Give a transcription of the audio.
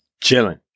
Chilling